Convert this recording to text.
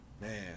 Man